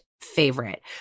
favorite